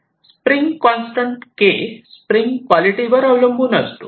spring constant k spring quality वर अवलंबून असतो